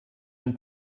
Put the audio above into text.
ein